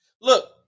Look